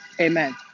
amen